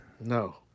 No